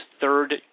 third